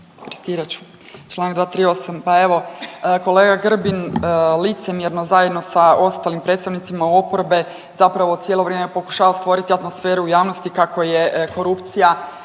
riskirat ću. Članak 238., pa evo kolega Grbin licemjerno zajedno sa ostalim predstavnicima oporbe zapravo cijelo vrijeme pokušava stvoriti atmosferu u javnosti kako je korupcija